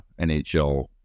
NHL